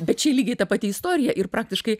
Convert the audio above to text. bet ši lygiai ta pati istorija ir praktiškai